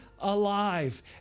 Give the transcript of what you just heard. alive